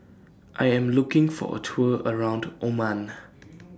I Am looking For A Tour around Oman